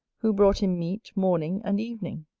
who brought him meat morning and evening.